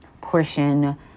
portion